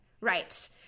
right